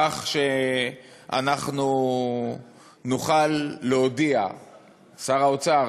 כך שאנחנו נוכל להודיע שר האוצר,